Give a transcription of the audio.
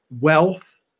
wealth